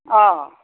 অঁ